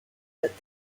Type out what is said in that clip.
that